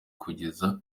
kugeza